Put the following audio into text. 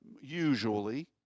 usually